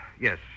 Yes